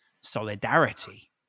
solidarity